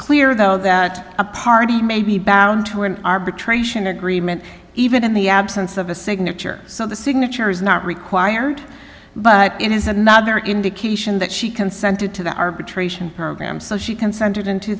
clear though that a party may be bound to an arbitration agreement even in the absence of a signature so the signature is not required but it is another indication that she consented to the arbitration program so she consented in two